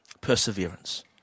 Perseverance